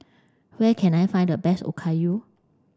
where can I find the best Okayu